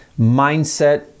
mindset